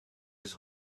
his